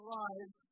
lives